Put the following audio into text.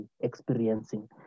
experiencing